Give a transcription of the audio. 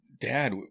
dad